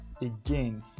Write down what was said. again